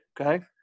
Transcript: Okay